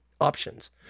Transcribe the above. options